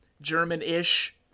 german-ish